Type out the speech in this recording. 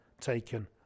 taken